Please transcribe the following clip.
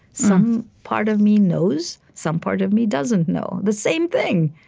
some part of me knows, some part of me doesn't know the same thing.